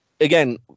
again